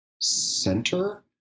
center